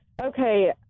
Okay